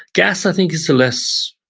gas i think is a less,